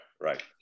right